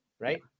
Right